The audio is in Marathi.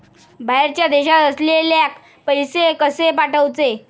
बाहेरच्या देशात असलेल्याक पैसे कसे पाठवचे?